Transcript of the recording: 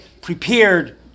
prepared